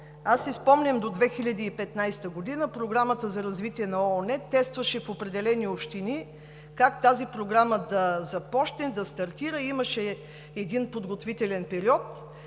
аз си спомням до 2015 г. Програмата за развитие на ООН тестваше в определени общини как тази програма да стартира. Имаше един подготвителен период,